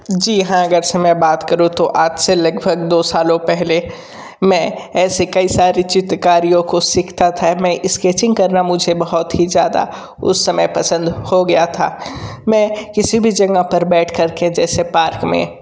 जी हाँ अगरचे मैं बात करूँ तो आज से लगभग दो सालों पहले मैं ऐसे कई सारी चित्रकारियों को सीखता था मैं इस्केचिंग करना मुझे बहुत ही ज़्यादा उस समय पसंद हो गया था मैं किसी भी जगह पर बैठ कर के जैसे पार्क में